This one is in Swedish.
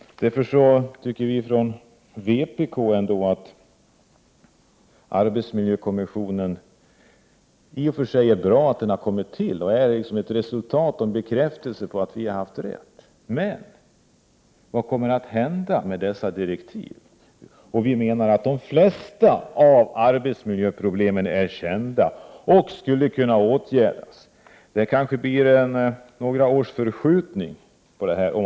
Därför tycker vi från vpk att det i och för sig är bra att arbetsmiljökommissionen har kommit till. Den är en bekräftelse på att vi har haft rätt. Men vad kommer att hända med dessa direktiv? Vi menar att de flesta av arbetsmiljöproblemen är kända och skulle kunna åtgärdas. Det kanske blir några års förskjutning genom kommissionens arbete.